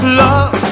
love